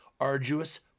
arduous